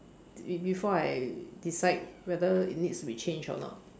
be before I decide whether it needs to be changed or not